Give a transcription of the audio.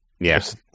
Yes